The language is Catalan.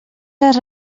les